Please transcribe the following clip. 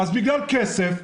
בגלל כסף,